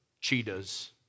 cheetahs